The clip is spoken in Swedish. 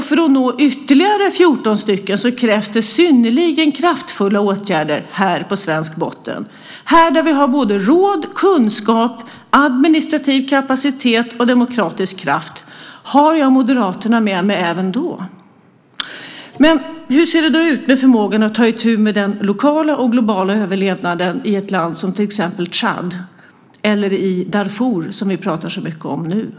För att nå ytterligare 14 stycken krävs det synnerligen kraftfulla åtgärder här på svensk botten, här där vi har både råd, kunskap, administrativ kapacitet och demokratisk kraft. Har jag Moderaterna med mig även då? Hur ser det ut med förmågan att ta itu med den lokala och globala överlevnaden i ett land som till exempel Tchad, eller i Darfur som vi pratar så mycket om nu?